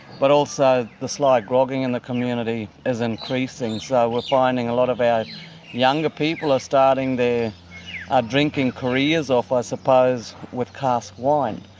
but also the sly grogging in the community is increasing. so we're finding a lot of our younger people are starting their ah drinking careers off i suppose with cask wine.